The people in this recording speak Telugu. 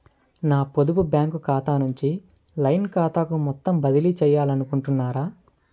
నా పొదుపు బ్యాంకు ఖాతా నుంచి లైన్ ఖాతాకు మొత్తం బదిలీ చేయాలనుకుంటున్నారా?